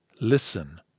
Listen